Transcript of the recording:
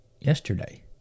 yesterday